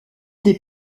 des